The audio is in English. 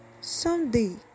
Someday